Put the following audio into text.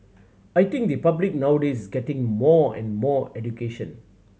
I think the public nowadays is getting more and more education